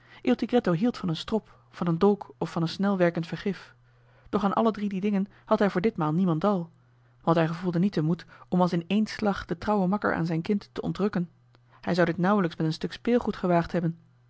il tigretto hield van een strop van een dolk of van een snel werkend vergif doch aan alle drie die dingen had hij voor ditmaal niemendal want hij gevoelde niet den moed om als in één slag den trouwen makker aan zijn kind te ontrukken hij zou dit nauwelijks met een stuk speelgoed gewaagd hebben